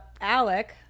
Alec